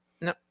No